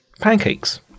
pancakes